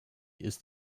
ist